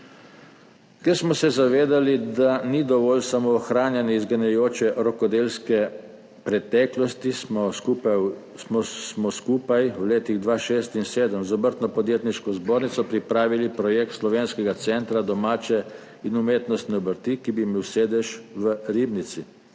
Ker smo se zavedali, da ni dovolj samo ohranjanje izginjajoče rokodelske preteklosti, smo v letih 2006 in 2007 skupaj z Obrtno-podjetniško zbornico pripravili projekt slovenskega centra domače in umetnostne obrti, ki bi imel sedež v Ribnici.